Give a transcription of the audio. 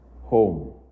home